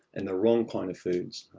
and the wrong kind of foods,